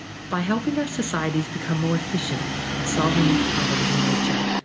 by helping our societies become more efficient at solving problems in nature,